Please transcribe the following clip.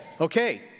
Okay